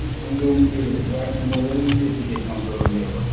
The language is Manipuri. ꯁꯤ ꯈꯣꯡꯖꯣꯝꯒꯤ ꯋꯥꯔ ꯃꯦꯃꯣꯔꯤꯌꯦꯜꯒꯤ ꯇꯤꯛꯀꯦꯠ ꯀꯥꯎꯟꯇꯔ ꯑꯣꯏꯕꯤꯔꯕ꯭ꯔꯣ